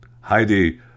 Heidi